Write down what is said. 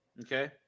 Okay